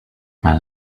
man